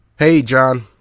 hey john.